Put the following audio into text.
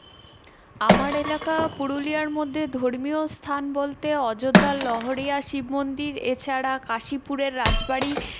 আমার এলাকা পুরুলিয়ার মধ্যে ধর্মীয় স্থান বলতে অযোধ্যার লহরিয়া শিব মন্দির এছাড়া কাশীপুরের রাজবাড়ি